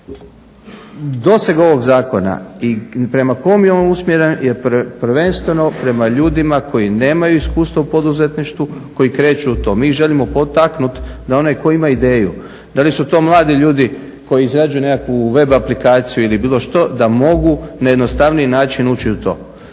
doseg ovog zakon i prema kom je on usmjeren je prvenstveno prema ljudima koji nemaju iskustva u poduzetništvu, koji kreću u to. Mi želimo potaknuti da onaj tko ima ideju, da li su to mladi ljudi koji izrađuju nekakvu web aplikaciju ili bilo što, da mogu na jednostavniji način ući u to.